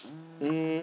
um